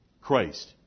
Christ